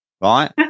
right